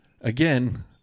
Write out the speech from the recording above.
Again